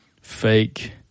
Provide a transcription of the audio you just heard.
fake